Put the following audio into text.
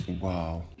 Wow